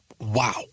Wow